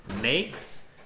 makes